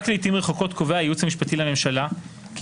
רק לעתים רחוקות קובע הייעוץ המשפטי לממשלה כי